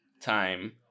Time